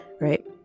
right